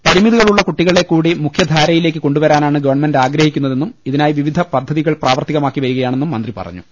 പരിമിതികൾ ഉള്ള കുട്ടികളെ കൂടി മുഖ്യധാരയിലേക്ക് കൊണ്ടുവരാനാണ് ഗവൺമെൻറ് ആഗ്രഹിക്കുന്നതെന്നും ഇതിനായി വിവിധ പദ്ധതികൾ പ്രാവർത്തികമാക്കി വരികയാണെന്നും മന്ത്രി പറഞ്ഞു